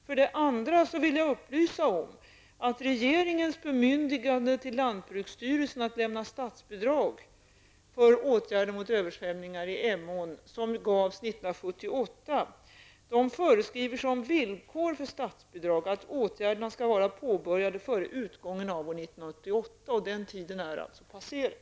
För det andra vill jag upplysa om att regeringens bemyndigande till lantbruksstyrelsen att lämna statsbidrag för åtgärder mot översvämningar i Emån som gavs 1978 föreskriver som villkor för statsbidraget att åtgärderna skall vara påbörjade före utgången av år 1988. Den tiden är alltså passerad.